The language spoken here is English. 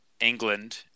England